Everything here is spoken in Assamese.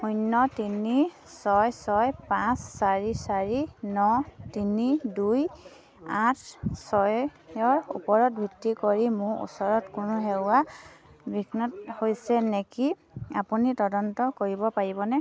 শূন্য তিনি ছয় ছয় পাঁচ চাৰি চাৰি ন তিনি দুই আঠ ছয়ৰ ওপৰত ভিত্তি কৰি মোৰ ওচৰত কোনো সেৱা বিঘ্নিত হৈছে নেকি আপুনি তদন্ত কৰিব পাৰিবনে